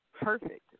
perfect